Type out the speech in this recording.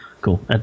Cool